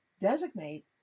designate